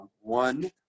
One